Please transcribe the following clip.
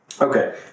Okay